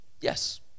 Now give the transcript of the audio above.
Yes